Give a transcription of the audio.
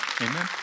Amen